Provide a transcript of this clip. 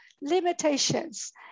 limitations